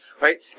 right